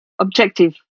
objective